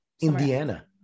Indiana